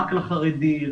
רק לחרדים,